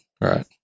right